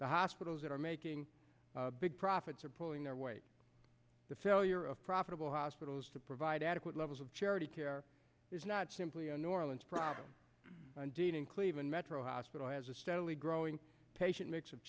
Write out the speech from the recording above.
the hospitals that are making big profits are pulling their weight the failure of profitable hospitals to provide adequate levels of charity care is not simply a new orleans problem in cleveland metro hospital has a steadily growing patient mix of